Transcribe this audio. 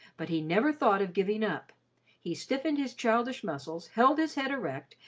but he never thought of giving up he stiffened his childish muscles, held his head erect,